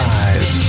eyes